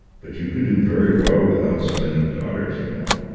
but you could do very well without so many daughters, you know.